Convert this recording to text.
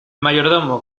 mayordomo